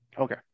okay